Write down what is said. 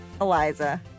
Eliza